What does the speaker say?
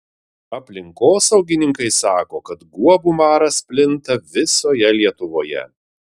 aplinkosaugininkai sako kad guobų maras plinta visoje lietuvoje